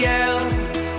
else